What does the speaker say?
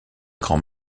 grand